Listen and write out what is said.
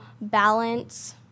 balance